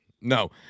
No